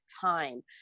time